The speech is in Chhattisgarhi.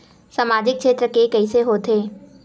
सामजिक क्षेत्र के कइसे होथे?